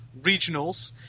regionals